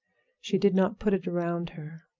she did not put it around her.